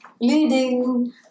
Leading